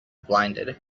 blinded